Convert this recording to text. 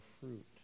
fruit